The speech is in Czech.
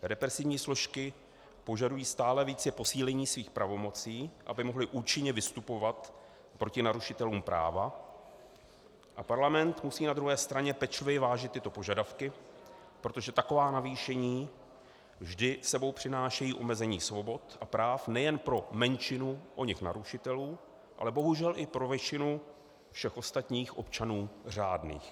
Represivní složky požadují stále více posílení svých pravomocí, aby mohly účinně vystupovat proti narušitelům práva, a parlament musí na druhé straně pečlivě vážit tyto požadavky, protože taková navýšení vždy s sebou přinášejí omezení svobod a práv nejen pro menšinu oněch narušitelů, ale i pro většinu všech ostatních občanů řádných.